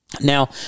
Now